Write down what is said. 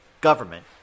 government